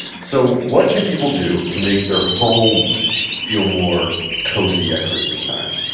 so what can people do to make their home feel more cozy at christmastime?